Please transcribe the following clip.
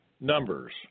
Numbers